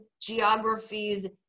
geographies